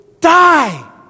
die